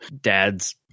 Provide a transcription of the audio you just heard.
dad's